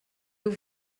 nhw